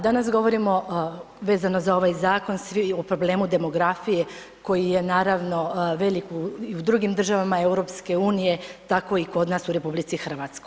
Danas govorimo vezano za ovaj zakon svi o problemu demografije koji je naravno velik i u drugim državama EU tako i kod nas u RH.